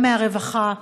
גם מהרווחה,